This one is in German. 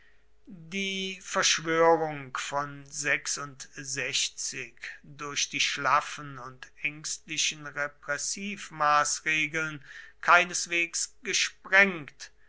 die verschwörung von durch die schlaffen und ängstlichen repressivmaßregeln keineswegs gesprengt